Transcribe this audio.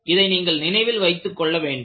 இதை நீங்கள் நினைவில் வைத்துக் கொள்ள வேண்டும்